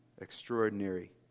extraordinary